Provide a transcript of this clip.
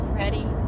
ready